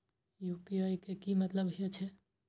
UPI के की मतलब हे छे?